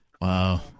Wow